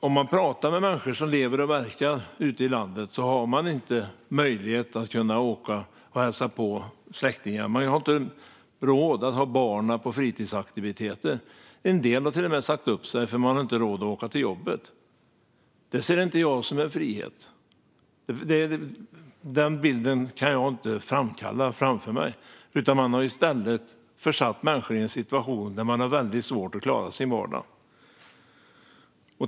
Om man talar med människor som lever och verkar ute i landet hör man att de inte har möjlighet att åka och hälsa på släktingar. De har inte råd att ha barnen på fritidsaktiviteter. En del har till och med sagt upp sig för att de inte har råd att åka till jobbet. Det ser inte jag som en frihet. Jag kan inte framkalla den bilden framför mig. Man har i stället försatt människor i en situation där de har väldigt svårt att klara sin vardag.